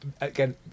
again